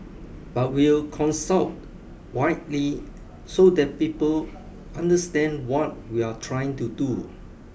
but we'll consult widely so that people understand what we're trying to do